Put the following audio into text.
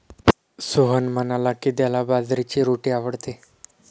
सोहन म्हणाला की, त्याला बाजरीची रोटी आवडते